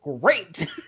great